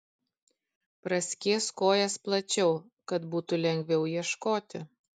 praskėsk kojas plačiau kad būtų lengviau ieškoti